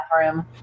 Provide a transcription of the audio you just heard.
bathroom